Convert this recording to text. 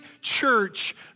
church